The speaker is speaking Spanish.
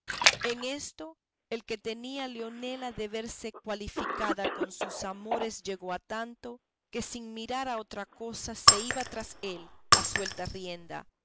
en esto el que tenía leonela de verse cualificada no de con sus amores llegó a tanto que sin mirar a otra cosa se iba tras él a suelta rienda